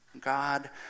God